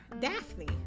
Daphne